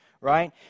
right